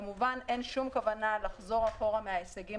כמובן שאין שום כוונה לחזור אחורה מההישגים